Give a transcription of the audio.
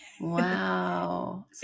Wow